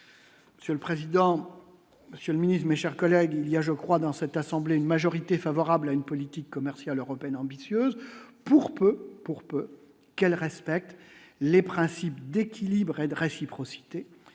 Monsieur le président, Monsieur le Ministre, mes chers collègues, il y a, je crois, dans cette assemblée une majorité favorable à une politique commerciale européenne ambitieuse pour peu, pour peu qu'elle respecte les principes d'équilibre et de réciprocité,